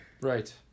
right